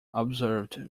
observed